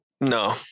no